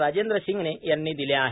राजेंद्र शिंगणे यांनी दिल्या आहेत